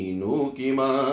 nukima